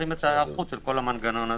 צריכים את ההיערכות לכל המנגנון הזה.